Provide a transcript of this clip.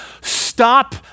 stop